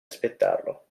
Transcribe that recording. aspettarlo